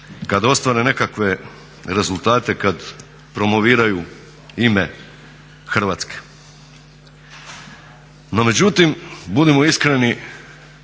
kad ostvare nekakve rezultate, kad promoviraju ime Hrvatske. No, međutim budimo iskreni